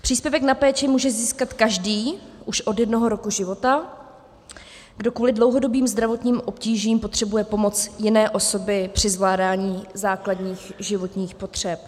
Příspěvek na péči může získat už od jednoho roku života každý, kdo kvůli dlouhodobým zdravotním obtížím potřebuje pomoc jiné osoby při zvládání základních životních potřeb.